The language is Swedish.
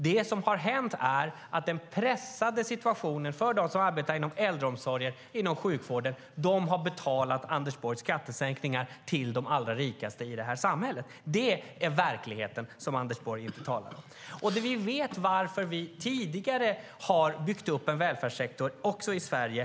Det som har hänt är att de som arbetar inom äldreomsorgen och inom sjukvården har betalat Anders Borgs skattesänkningar till de allra rikaste i samhället. Det är verkligheten som Anders Borg inte talar om. Vi vet varför vi tidigare har byggt upp en välfärdssektor också i Sverige.